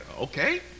okay